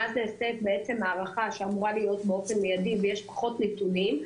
ואז נעשית בעצם הערכה שאמורה להיות באופן מיידי ויש פחות נתונים,